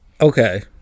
Okay